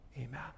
Amen